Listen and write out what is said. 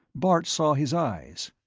bart saw his eyes.